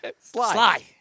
Sly